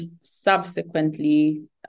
subsequently